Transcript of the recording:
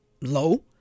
low